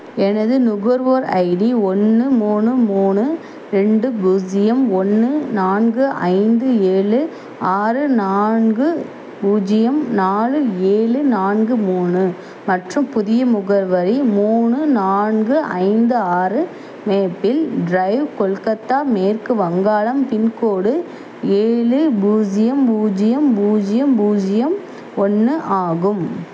எனது நுகர்வோர் ஐடி ஒன்று மூணு மூணு ரெண்டு பூஜ்ஜியம் ஒன்று நான்கு ஐந்து ஏழு ஆறு நான்கு பூஜ்ஜியம் நாலு ஏழு நான்கு மூணு மற்றும் புதிய முகவரி மூணு நான்கு ஐந்து ஆறு மேப்பில் ட்ரைவ் கொல்கத்தா மேற்கு வங்காளம் பின்கோடு ஏழு பூஜ்ஜியம் பூஜ்ஜியம் பூஜ்ஜியம் பூஜ்ஜியம் ஒன்று ஆகும்